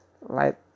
light